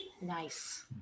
Nice